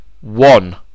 one